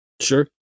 Sure